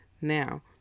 Now